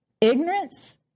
ignorance